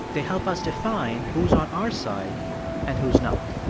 they help us define who's on our side and who's not.